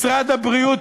משרד הבריאות,